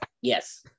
Yes